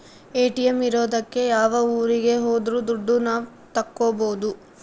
ATM ಇರೋದಕ್ಕೆ ಯಾವ ಊರಿಗೆ ಹೋದ್ರು ದುಡ್ಡು ನಾವ್ ತಕ್ಕೊಬೋದು